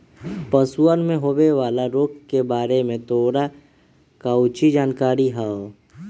पशुअन में होवे वाला रोग के बारे में तोरा काउची जानकारी हाउ?